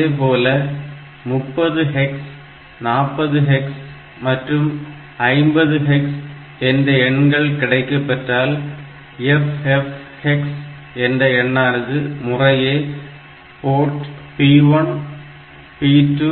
அதேபோல 30hex 40 hex மற்றும் 50 hex என்ற எண்கள் கிடைக்கப்பெற்றால் FF hex என்ற எண்ணானது முறையே போர்ட் P1 P2